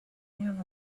meaning